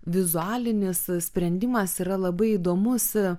vizualinis sprendimas yra labai įdomus